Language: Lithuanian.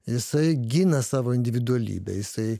jisai gina savo individualybę jisai